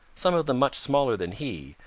some of them much smaller than he,